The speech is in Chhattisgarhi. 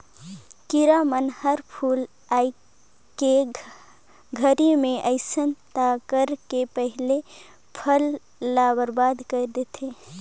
किरा मन हर फूल आए के घरी मे अइस त फरे के पहिले फसल ल बरबाद कर देथे